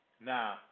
Now